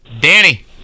Danny